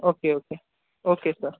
okay okay okay sir